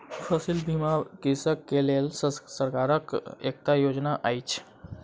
फसिल बीमा कृषक के लेल सरकारक एकटा योजना अछि